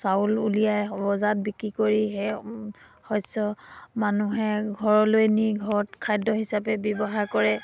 চাউল উলিয়াই বজাৰত বিক্ৰী কৰি সেই শস্য মানুহে ঘৰলৈ নি ঘৰত খাদ্য হিচাপে ব্যৱহাৰ কৰে